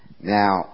Now